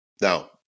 Now